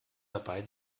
dabei